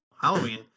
Halloween